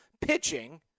pitching